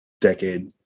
decade